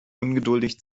ungeduldig